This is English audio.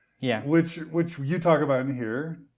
yeah which which you talk about in here.